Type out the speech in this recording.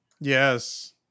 Yes